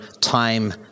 time